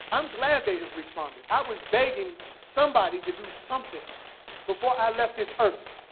i'm glad they have responded. i was begging somebody to do something before i left this earth.